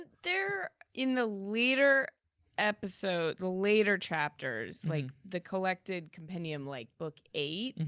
there, in the later episodes, the later chapters, like the collected compendium like book eight,